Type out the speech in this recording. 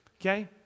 Okay